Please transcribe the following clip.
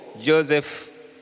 Joseph